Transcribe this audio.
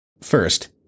First